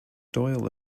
doyle